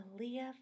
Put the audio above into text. Aaliyah